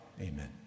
Amen